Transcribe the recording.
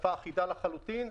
שפה אחידה לחלוטין.